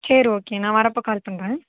சரி ஓகே நான் வரப்போ கால் பண்ணுறேன்